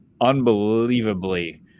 unbelievably